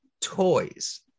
toys